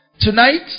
Tonight